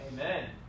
Amen